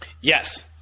Yes